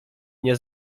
nie